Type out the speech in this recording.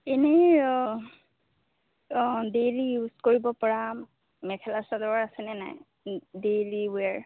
এনেই অঁ অঁ ডেইলী ইউজ কৰিব পৰা মেখেলা চাদৰ আছে নে নাই ডেইলী উৱেৰ